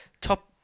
top